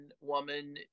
woman